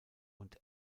und